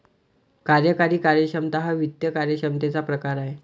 कार्यकारी कार्यक्षमता हा वित्त कार्यक्षमतेचा प्रकार आहे